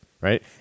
Right